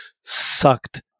sucked